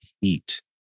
heat